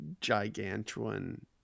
gigantuan